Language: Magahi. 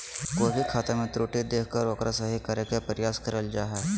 कोय भी खाता मे त्रुटि देख के ओकरा सही करे के प्रयास करल जा हय